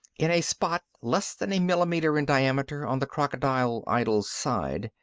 in a spot less than a millimeter in diameter on the crocodile idol's side,